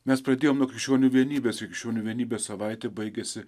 mes pradėjom nuo krikščionių vienybės krikščionių vienybės savaitė baigiasi